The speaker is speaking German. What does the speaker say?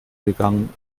gegangen